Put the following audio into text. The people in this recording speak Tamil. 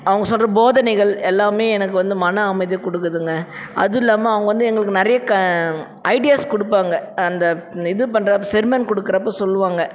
அவங்க சொல்கிற போதனைகள் எல்லாம் எனக்கு வந்து மன அமைதியை கொடுக்குதுங்க அது இல்லாமல் அவங்க வந்து எங்களுக்கு நிறைய க ஐடியாஸ் கொடுப்பாங்க அந்த இது பண்ணுற செரிமன் கொடுக்குறப்ப சொல்லுவாங்க